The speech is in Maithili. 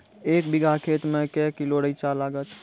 एक बीघा खेत मे के किलो रिचा लागत?